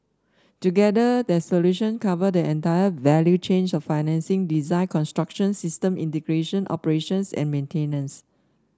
together their solution cover the entire value chain of financing design construction system integration operations and maintenance